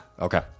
Okay